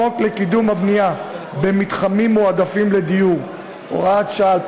חוק לקידום הבנייה במתחמים מועדפים לדיור (הוראת שעה),